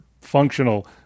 functional